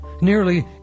nearly